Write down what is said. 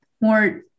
more